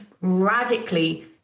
radically